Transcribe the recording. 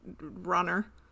runner